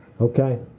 Okay